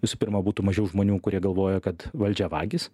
visų pirma būtų mažiau žmonių kurie galvoja kad valdžia vagys